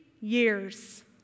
years